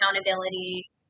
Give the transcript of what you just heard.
accountability